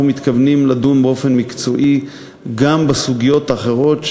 אנחנו מתכוונים לדון באופן מקצועי גם בסוגיות האחרות,